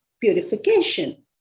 purification